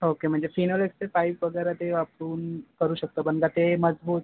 okay म्हणजे फिनोलेक्सचे pipe वगैरे ते वापरून करू शकतो बंद ते मजबूत